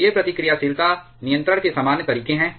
तो ये प्रतिक्रियाशीलता नियंत्रण के सामान्य तरीके हैं